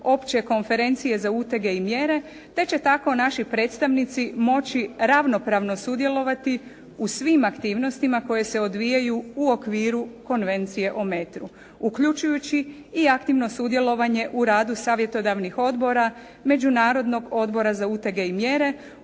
Opće konferencije za utege i mjere pa će tako naši predstavnici moći ravnopravno sudjelovati u svim aktivnostima koje se odvijaju u okviru Konvencije o metru uključujući i aktivno sudjelovanje u radu savjetodavnih odbora, Međunarodnog odbora za utege i mjere